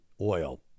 oil